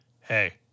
hey